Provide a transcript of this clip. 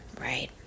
Right